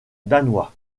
danois